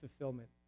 fulfillment